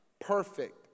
perfect